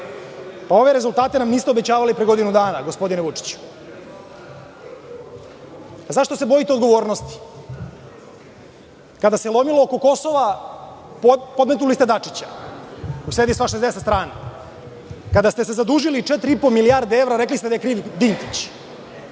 rezultate nam niste obećavali pre godinu dana, gospodine Vučiću. Zašto se bojite odgovornosti? Kada se lomilo oko Kosova, podmetnuli ste Dačića. Sedi s vaše desne strane. Kada ste se zadužili četiri i po milijarde evra, rekli ste da je kriv Dinkić.